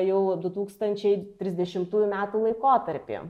jau du tūkstančiai trisdešimtųjų metų laikotarpį